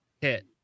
hit